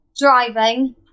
driving